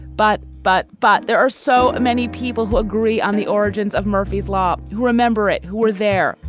but but but there are so many people who agree on the origins of murphy's law. who remember it. who were there?